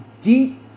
deep